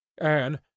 Anne